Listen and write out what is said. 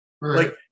Right